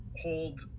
hold